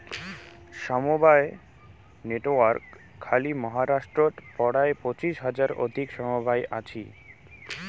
সমবায় নেটওয়ার্ক খালি মহারাষ্ট্রত পরায় পঁচিশ হাজার অধিক সমবায় আছি